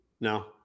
No